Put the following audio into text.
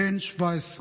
בן 17,